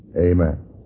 Amen